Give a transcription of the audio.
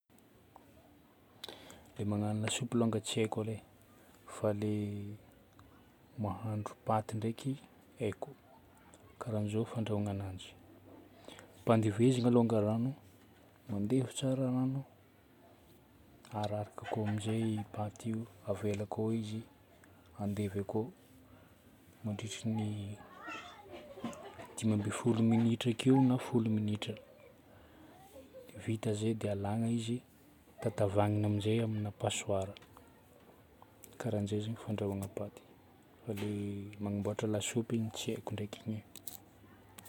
Le magnano lasopy longany tsy haiko aloha e. Fa le mahandro paty ndraiky haiko. Karahan'izao fandrahoagna ananjy: ampandevezigna alônga rano. Mandevy tsara rano, ararakako amin'izay paty io. Avelako ao izy handevy akao, mandritry ny dimy ambin'ny folo minitra akeo na folo minitra. Dia vita zay dia alagna izy. Tantavagnina amin'izay amina passoir. Karan'izay zay fandrahoagna paty fa le magnaboatra lasopy igny tsy haiko ndraiky igny e.